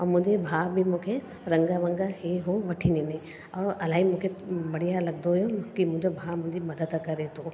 ऐं मुंहिंजे भाउ बि मूंखे रंग वंग हे हो वठी ॾिनई और इलाही मूंखे बढ़िया लॻंदो हुओ कि मुंहिंजो भाउ मुंहिंजी मदद करे थो